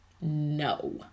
no